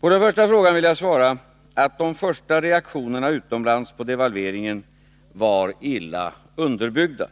På den första frågan vill jag svara att de första reaktionerna utomlands på devalveringen var illa underbyggda.